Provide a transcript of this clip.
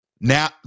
Now